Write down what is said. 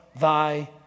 thy